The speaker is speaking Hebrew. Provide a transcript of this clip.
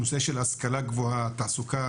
הנושא של השכלה גבוהה ותעסוקה,